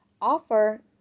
offer